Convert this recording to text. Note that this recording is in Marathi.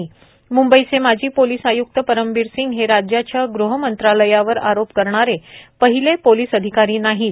मंंबईचे माजी पोलिस आय्क्त परमबीर सिंग हे राज्याच्या गृहमंत्रालयावर आरोप करणारे पहिले पोलिस अधिकारी नाहीत